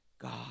God